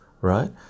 right